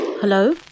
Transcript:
Hello